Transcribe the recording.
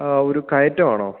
ആ ഒരു കയറ്റം ആണോ